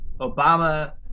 Obama